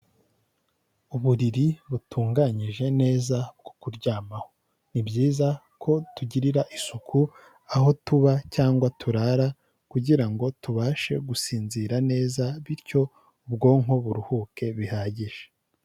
Uburiri butunganyije neza bwo kuryamaho, ni byiza ko tugirira isuku aho tuba cyangwa turara kugira ngo tubashe gusinzira neza bityo ubwonko buruhuke bihagije.